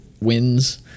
wins